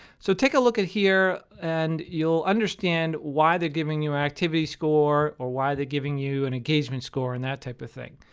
so take a look in here, and you'll understand why they're giving you an activity score or why they're giving you an engagement score, and that type of thing.